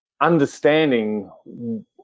understanding